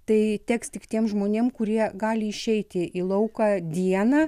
tai teks tik tiem žmonėm kurie gali išeiti į lauką dieną